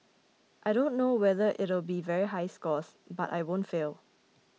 I don't know whether it'll be very high scores but I won't fail